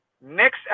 Next